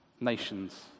nations